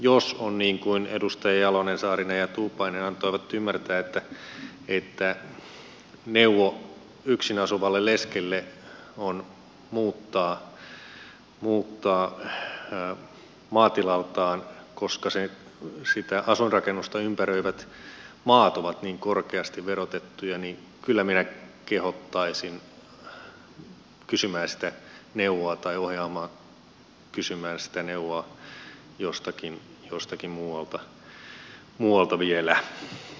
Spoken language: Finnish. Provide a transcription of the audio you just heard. jos on niin kuin edustaja jalonen saarinen ja tuupainen antoivat ymmärtää että neuvo yksin asuvalle leskelle on muuttaa maatilaltaan koska sitä asuinrakennusta ympäröivät maat ovat niin korkeasti verotettuja niin kyllä minä kehottaisin kysymään sitä neuvoa tai ohjaamaan kysymään sitä neuvoa jostakin muualta vielä